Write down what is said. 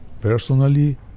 personally